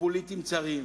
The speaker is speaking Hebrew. פוליטיים צרים.